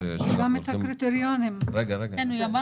כדי שבאמת נוכל גם לתעל לשם את הביקושים וגם לעזור